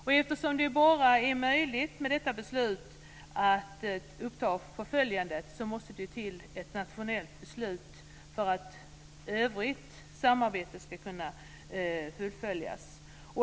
Det måste till ett nationellt beslut för att ett sådant här förföljande och motsvarande samarbete ska kunna genomföras.